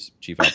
chief